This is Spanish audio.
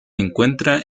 encuentra